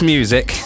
Music